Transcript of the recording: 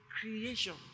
creation